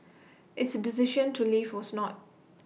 its decision to leave was not